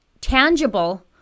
tangible